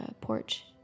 porch